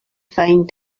find